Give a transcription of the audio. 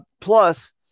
Plus